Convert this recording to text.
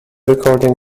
recording